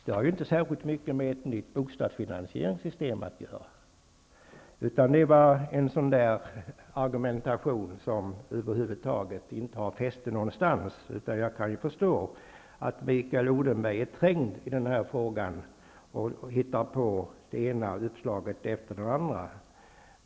Det har inte särskilt mycket med ett nytt bostadsfinansieringssystem att göra. Det var en sådan argumentation som över huvud taget inte har fäste någonstans. Jag kan förstå att Mikael Odenberg är trängd i den här frågan och hittar på det ena uppslaget efter det andra.